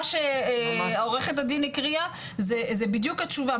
מה שעורכת הדין הקריאה זו בדיוק התשובה,